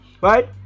right